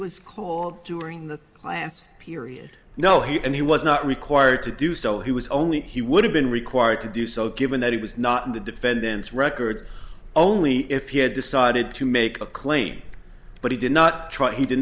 was called during the last period no he and he was not required to do so he was only he would have been required to do so given that he was not in the defendant's records only if he had decided to make a claim but he did not try he did